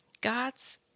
God's